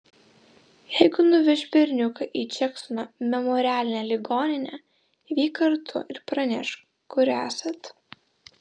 jeigu nuveš berniuką į džeksono memorialinę ligoninę vyk kartu ir pranešk kur esat